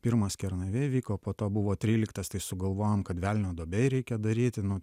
pirmas kernavėj vyko po to buvo tryliktas tai sugalvojom kad velnio duobėj reikia daryti nu